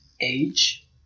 age